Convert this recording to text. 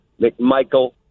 McMichael